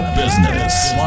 business